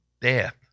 death